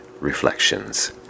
reflections